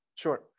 Sure